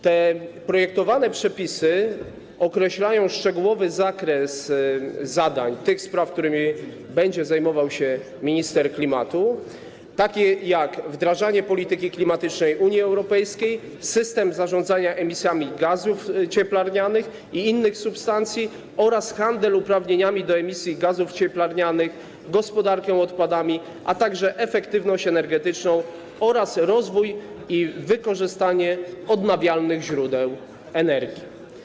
Te projektowane przepisy określają szczegółowy zakres zadań, tych spraw, którymi będzie zajmował się minister klimatu, takich jak: wdrażanie polityki klimatycznej Unii Europejskiej, system zarządzania emisjami gazów cieplarnianych i innych substancji oraz handel uprawnieniami do emisji gazów cieplarnianych, gospodarka odpadami, a także efektywność energetyczna oraz rozwój i wykorzystanie odnawialnych źródeł energii.